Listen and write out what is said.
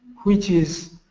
which is